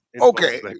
Okay